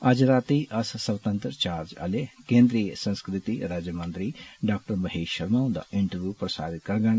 अज्ज राती अस स्वतंत्र चार्ज आले केन्द्री संस्कृति राज्यमंत्री डॉ महेष षर्मा हुन्दा इन्टरव्यू प्रसारित करगन